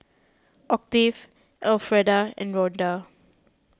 Octave Alfreda and Ronda